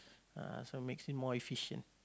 ah so makes it more efficient